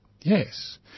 yes